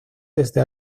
desde